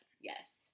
Yes